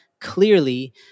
clearly